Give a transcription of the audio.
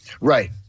Right